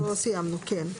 סיימנו, כן.